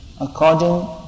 according